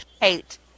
hate